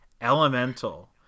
Elemental